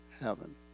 heaven